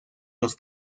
los